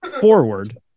forward